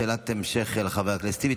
שאלת המשך לחבר הכנסת טיבי.